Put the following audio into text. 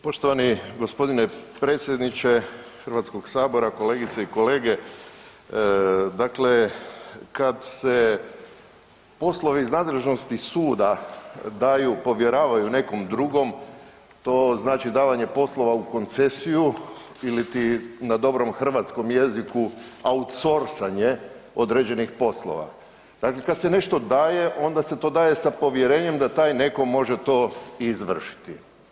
Poštovani gospodine predsjedniče Hrvatskog sabora, kolegice i kolege, dakle kad se poslovi iz nadležnosti suda daju, povjeravaju nekom drugom to znači davanje poslova u koncesiju ili ti na dobrom hrvatskom jeziku outsorcing određenih poslova, dakle kad se nešto daje onda se to daje sa povjerenjem da taj netko može to i izvršiti.